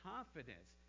Confidence